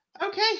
Okay